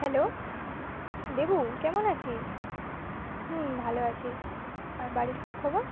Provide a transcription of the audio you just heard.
hello Debu কেমন আছিস হুম ভালো আছি আর বাড়ির সব খবর